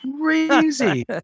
crazy